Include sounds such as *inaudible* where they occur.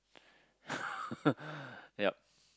*laughs* yup